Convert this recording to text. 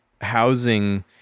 housing